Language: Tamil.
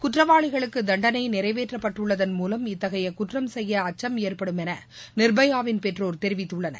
குற்றவாளிகளுக்கு தண்டனை நிறைவேற்றப்பட்டுள்ளதன் மூலம் இத்தகைய குற்றம் செயய அச்சம் ஏற்படும் என நிர்பயாவின் பெற்றோர் தெரிவித்துள்ளனர்